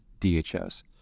DHS